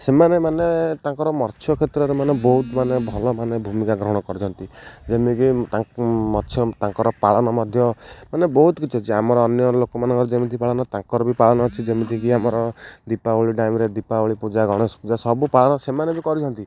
ସେମାନେ ମାନେ ତାଙ୍କର ମତ୍ସ୍ୟ କ୍ଷେତ୍ରରେ ମାନେ ବହୁତ ମାନେ ଭଲ ମାନେ ଭୂମିକା ଗ୍ରହଣ କରିଛନ୍ତି ଯେମିତିି ମତ୍ସ୍ୟ ତାଙ୍କର ପାଳନ ମଧ୍ୟ ମାନେ ବହୁତ କିଛି ଅଛି ଆମର ଅନ୍ୟ ଲୋକମାନଙ୍କର ଯେମିତି ପାଳନ ତାଙ୍କର ବି ପାଳନ ଅଛି ଯେମିତିକି ଆମର ଦୀପାବଳି ଟାଇମରେ ଦୀପାବଳି ପୂଜା ଗଣେଶ ପୂଜା ସବୁ ପାଳନ ସେମାନେ ବି କରିଛନ୍ତି